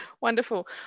Wonderful